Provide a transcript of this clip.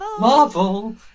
Marvel